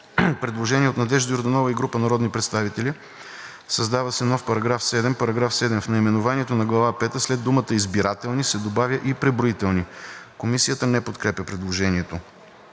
Предложение от Надежда Йорданова и група народни представители: „Създава се нов § 7: „§ 7. В наименованието на Глава пета след думата „избирателни“ се добавя „и преброителни“.“ Комисията не подкрепя предложението.